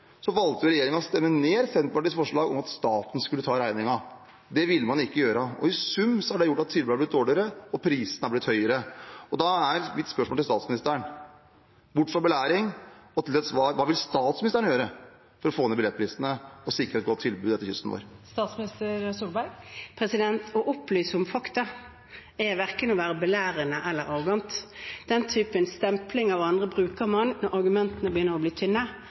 å stemme ned Senterpartiets forslag om at staten skulle ta regningen. Det ville man ikke gjøre. I sum har det gjort at tilbudet har blitt dårligere og prisene har blitt høyere. Da er mitt spørsmål til statsministeren – bort fra belæring og til et svar: Hva vil statsministeren gjøre for å få ned billettprisene og sikre et godt tilbud langs kysten vår? Å opplyse om fakta er verken å være belærende eller arrogant. Den typen stempling av andre – å stemple andre på den måten – bruker man når argumentene begynner å bli tynne